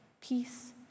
Peace